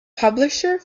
publisher